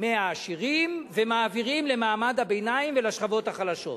מהעשירים ומעבירים למעמד הביניים ולשכבות החלשות.